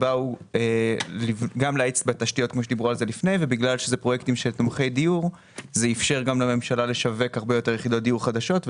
הפרויקטים תומכי הדיור אפשרו לממשלה לשווק הרבה יותר יחידות דיור חדשות.